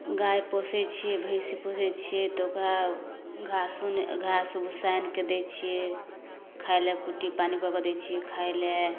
गाइ पोसै छिए भैँस पोसै छिए तऽ ओकरा घास घास भुस्सा आनिके दै छिए खाइलए कुट्टी पानी कऽ कऽ दै छिए खाइलए